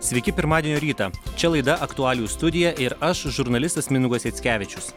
sveiki pirmadienio rytą čia laida aktualijų studija ir aš žurnalistas mindaugas jackevičius